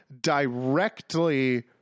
directly